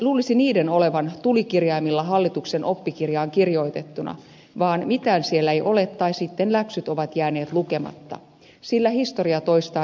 luulisi niiden olevan tulikirjaimilla hallituksen oppikirjaan kirjoitettuna vaan mitään siellä ei ole tai sitten läksyt ovat jääneet lukematta sillä historia toistaa itseään